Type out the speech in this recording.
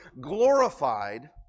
glorified